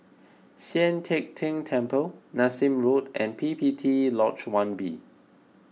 Sian Teck Tng Temple Nassim Road and P P T Lodge one B